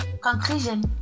conclusion